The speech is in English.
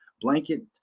blanket